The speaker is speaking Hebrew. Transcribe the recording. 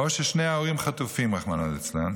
או ששני ההורים חטופים, רחמנא ליצלן,